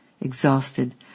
exhausted